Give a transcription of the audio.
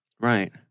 right